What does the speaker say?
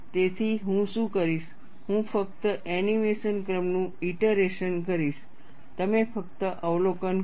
તેથી હું શું કરીશ હું ફક્ત એનિમેશન ક્રમનું ઇટરેશન કરીશ તમે ફક્ત અવલોકન કરો